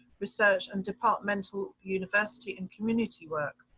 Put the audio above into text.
research and departmental university and community work.